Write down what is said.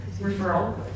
referral